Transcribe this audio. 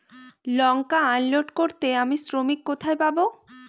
লঙ্কা unload করতে আমি শ্রমিক কোথায় পাবো?